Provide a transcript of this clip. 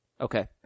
Okay